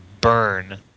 burn